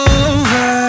over